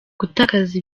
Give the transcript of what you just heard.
gutakaza